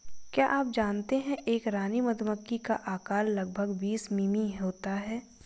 क्या आप जानते है एक रानी मधुमक्खी का आकार लगभग बीस मिमी होता है?